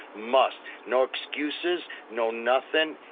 must, no excuses. no nothing,